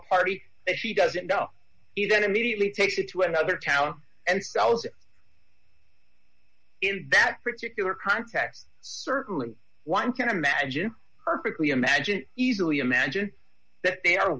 a party that he doesn't know he then immediately takes it to another town and sells in that particular context certainly one can imagine perfectly imagine easily imagine that they are